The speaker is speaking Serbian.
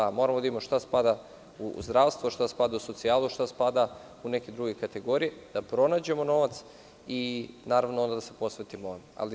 Tako da, moramo da vidimo šta spada u zdravstvo, šta spada u socijalu, a šta spada u neke druge kategorije, da pronađemo novac i, naravno, onda da se posvetimo ovome.